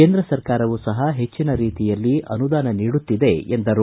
ಕೇಂದ್ರ ಸರ್ಕಾರವೂ ಸಹ ಹೆಚ್ಚಿನ ರೀತಿಯಲ್ಲಿ ಅನುದಾನ ನೀಡುತ್ತಿದೆ ಎಂದರು